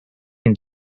can